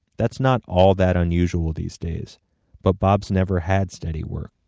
that's not all that unusual these days but bob's never had steady work.